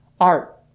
art